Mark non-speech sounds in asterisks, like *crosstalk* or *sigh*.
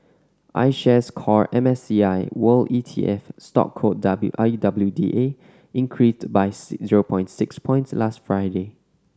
I Shares Core M S C I World E T F stock code W I W D A increased by *unintelligible* zero point six points last Friday